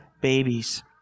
babies